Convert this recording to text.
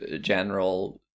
general